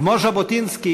כמו ז'בוטינסקי,